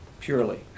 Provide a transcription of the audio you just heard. purely